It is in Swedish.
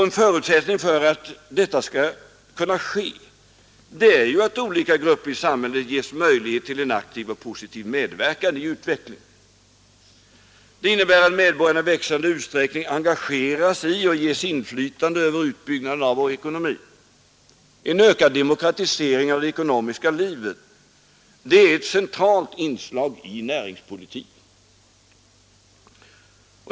En förutsättning för att detta skall kunna ske är ju att olika grupper i samhället ges möjlighet till en aktiv och positiv medverkan i utvecklingen. Det innebär att medborgarna i växande utsträckning engageras i och ges inflytande över utbyggnaden av vår ekonomi. En ökad demokratisering av det ekonomiska livet är ett centralt inslag i näringspolitiken.